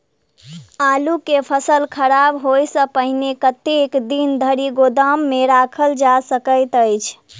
आलु केँ फसल खराब होब सऽ पहिने कतेक दिन धरि गोदाम मे राखल जा सकैत अछि?